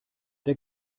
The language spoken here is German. der